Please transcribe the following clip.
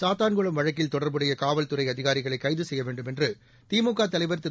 சாத்தான்குளம் வழக்கில் தொடர்புடைய காவல்துறை அதிகாரிகளை கைது செய்ய வேண்டும் என்று திமுக தலைவர் திரு